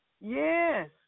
yes